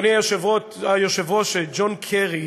אדוני היושב-ראש, ג'ון קרי,